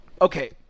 Okay